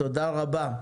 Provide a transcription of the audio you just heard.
תודה רבה.